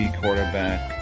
quarterback